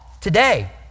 today